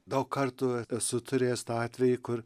daug kartų esu turėjęs tą atvejį kur